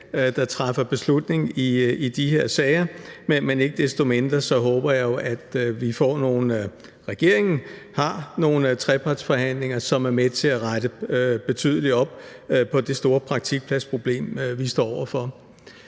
der træffer beslutning i de her sager, men ikke desto mindre håber jeg jo, at de trepartsforhandlinger, regeringen har, er med til at rette betydeligt op på det store praktikpladsproblem, vi står over for.